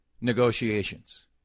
negotiations